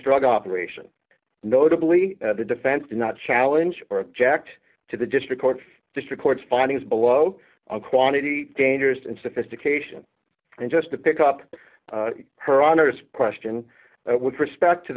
struggle operation notably the defense did not challenge or object to the district court district court's findings below quantity dangers and sophistication and just to pick up her honest question with respect to